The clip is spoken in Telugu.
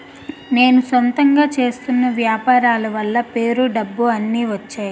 నేను సొంతంగా చేస్తున్న వ్యాపారాల వల్ల పేరు డబ్బు అన్ని వచ్చేయి